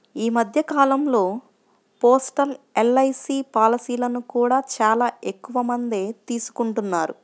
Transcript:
ఈ మధ్య కాలంలో పోస్టల్ ఎల్.ఐ.సీ పాలసీలను కూడా చాలా ఎక్కువమందే తీసుకుంటున్నారు